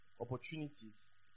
opportunities